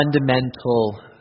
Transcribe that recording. fundamental